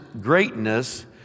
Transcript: greatness